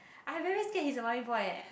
I very scared he's a mummy boy eh